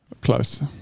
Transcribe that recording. Close